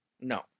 No